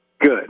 Good